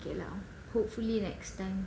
K lah hopefully next time